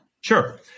Sure